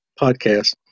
podcast